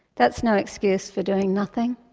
that's no excuse for doing nothing.